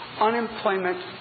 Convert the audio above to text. unemployment